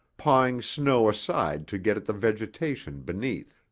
pawing snow aside to get at the vegetation beneath,